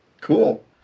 Cool